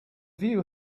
view